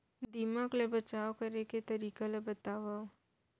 दीमक ले बचाव करे के तरीका ला बतावव?